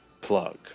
plug